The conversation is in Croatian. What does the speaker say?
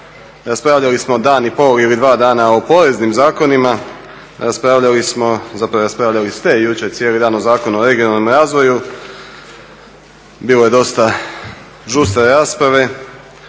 Raspravljali smo dan i pol ili dva dana o poreznim zakonima, raspravljali smo, zapravo raspravljali ste jučer cijeli dan o Zakonu o regionalnom razvoju. Bilo je dosta žustre rasprave.